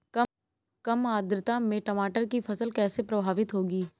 कम आर्द्रता में टमाटर की फसल कैसे प्रभावित होगी?